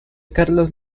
carlos